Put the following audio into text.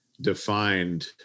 defined